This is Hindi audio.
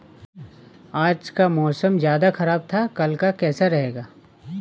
आज का मौसम ज्यादा ख़राब था कल का कैसा रहेगा?